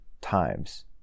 times